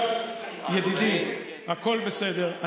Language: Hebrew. ידידי, הכול בסדר.